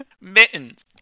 mittens